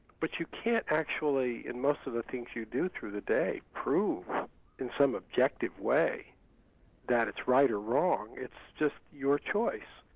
but you can't actually, in most of the things you do through the day, prove in some objective way that it's right or wrong, it's just your choice.